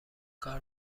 کار